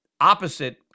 opposite